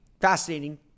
fascinating